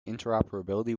interoperability